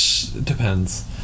depends